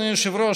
אדוני היושב-ראש,